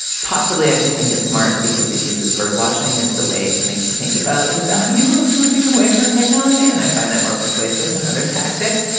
possibly. i just think it's smart because it uses bird-watching as the way to make you think about the value of moving away from technology, and i find that more persuasive than other tactics.